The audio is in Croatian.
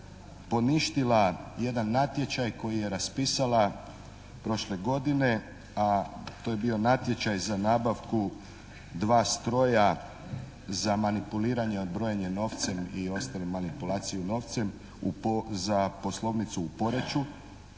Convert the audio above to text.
poništila jedan natječaj koji je raspisala prošle godine, a to je bio natječaj za nabavku dva stroja za manipuliranje od brojenja novcem i ostalim manipulacijom novcem za poslovnicu u Poreču,